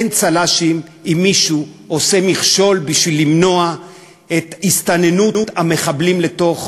אין צל"שים אם מישהו עושה מכשול בשביל למנוע את הסתננות המחבלים לתוך